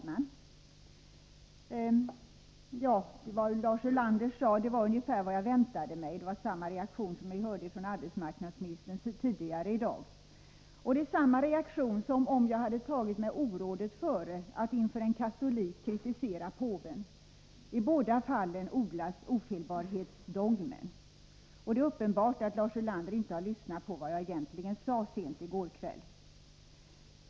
Fru talman! Vad Lars Ulander sade var ungefär vad jag väntat mig. Det var samma reaktion som vi hörde från arbetsmarknadsministern tidigare i dag. Och det är samma reaktion som om jag hade tagit mig orådet före att inför en katolik kritisera påven. I båda fallen odlas ofelbarhetsdogmen. Och det är uppenbart att Lars Ulander inte har lyssnat på vad jag egentligen sade sent i går kväll.